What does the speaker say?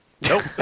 Nope